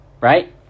right